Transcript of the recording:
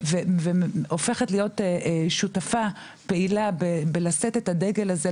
הופכת להיות שותפה פעילה בלשאת את הדגל הזה,